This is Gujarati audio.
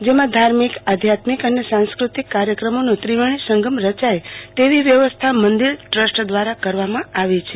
જે માં ધાર્મિક આધ્યાત્મિક અને સાંસ્કતિક કાર્યક્રમોનો ત્રિવેણી સંગમ રચાય તેવી વ્યવસ્થા મંદિર ટ્રસ્ટ દવારા કરવામાં આવી છે